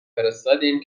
فرستادیم